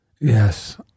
Yes